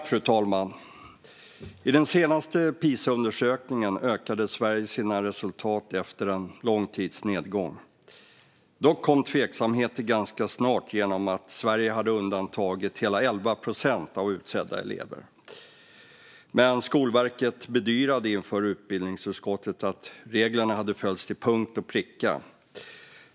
Fru talman! I den senaste PISA-undersökningen höjde Sverige sina resultat efter en lång tids nedgång. Dock uppstod ganska snart tveksamheter gällande att Sverige hade undantagit hela 11 procent av utsedda elever. Skolverket bedyrade dock inför utbildningsutskottet att reglerna hade följts till punkt och pricka.